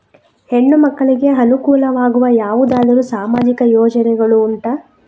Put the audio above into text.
ಹೆಣ್ಣು ಮಕ್ಕಳಿಗೆ ಅನುಕೂಲವಾಗುವ ಯಾವುದಾದರೂ ಸಾಮಾಜಿಕ ಯೋಜನೆಗಳು ಉಂಟಾ?